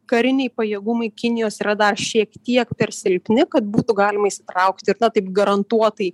kariniai pajėgumai kinijos yra dar šiek tiek per silpni kad būtų galima įsitraukti ir taip garantuotai